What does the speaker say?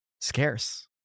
scarce